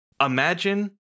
imagine